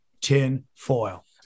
TINFOIL